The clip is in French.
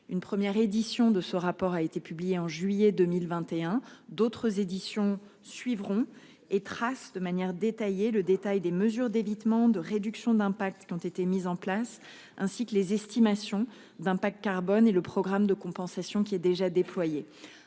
une première édition de ce rapport a été publié en juillet 2021, d'autres éditions suivront et trace de manière détaillée. Le détail des mesures d'évitement de réduction d'impact ont été mises en place ainsi que les estimations d'impact carbone et le programme de compensation qui est déjà déployé